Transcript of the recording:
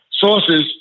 sources